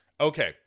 okay